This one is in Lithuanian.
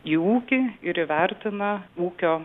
į ūkį ir įvertina ūkio